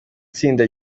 tsinda